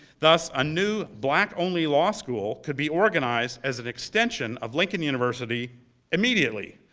thus, a new black only law school could be organized as an extension of lincoln university immediately.